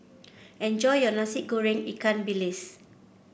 enjoy your Nasi Goreng Ikan Bilis